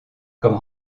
comme